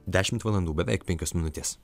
dešimt valandų beveik penkios minutės